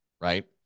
right